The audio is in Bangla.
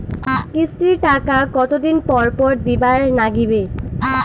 কিস্তির টাকা কতোদিন পর পর দিবার নাগিবে?